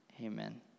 amen